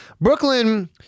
Brooklyn